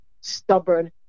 stubborn